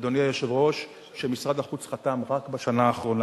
אדוני היושב-ראש, שמשרד החוץ חתם רק בשנה האחרונה,